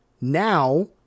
now